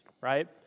right